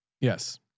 Yes